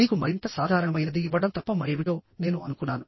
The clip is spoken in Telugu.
మీకు మరింత సాధారణమైనది ఇవ్వడం తప్ప మరేమిటో నేను అనుకున్నాను